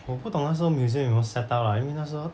我不懂那时候 museum 有没有下到 lah 因为那时候